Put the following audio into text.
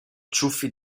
ciuffi